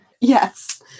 Yes